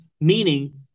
Meaning